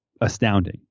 astounding